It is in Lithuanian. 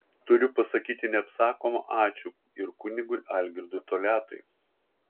turiu pasakyti neapsakoma ačiū ir kunigui algirdui toliatui